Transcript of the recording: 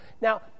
Now